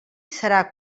serà